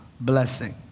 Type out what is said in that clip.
blessing